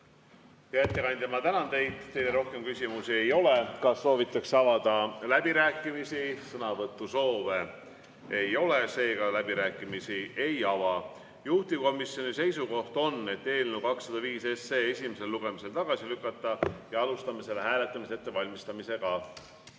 ettekandja, ma tänan teid. Teile rohkem küsimusi ei ole. Kas soovitakse avada läbirääkimised? Sõnavõtusoove ei ole, seega me läbirääkimisi ei ava. Juhtivkomisjoni seisukoht on eelnõu 205 esimesel lugemisel tagasi lükata. Alustame selle hääletamise ettevalmistamist.